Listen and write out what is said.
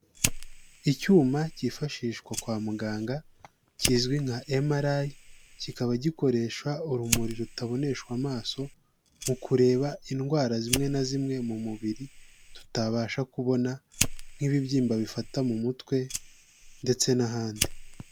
Icyuma cyifashishwa kwa muganga kizwi nka emalayi, kikaba gikoresha urumuri rutaboneshwa amaso mu kureba indwara zimwe na zimwe mu mubiri tutabasha kubona nk'ibibyimba bifata mu mutwe ndetse n'ahandi.